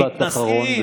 משפט אחרון,